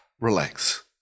relax